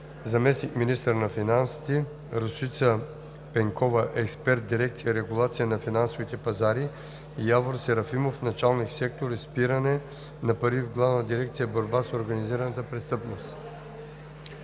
заместник-министър на финансите, Росица Пенкова – експерт дирекция „Регулация на финансовите пазари“, Явор Серафимов – началник-сектор „Изпиране на пари“ в Главна дирекция „Борба с организираната престъпност“.